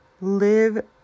live